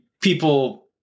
people